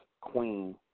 queen